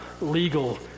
legal